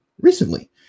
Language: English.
recently